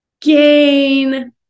gain